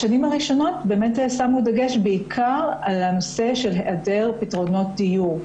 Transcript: בשנים הראשונות שמנו בעיקר דגש על הנושא של העדר פתרונות דיור.